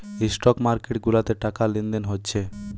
stock market গুলাতে টাকা লেনদেন হচ্ছে